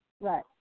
Right